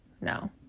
No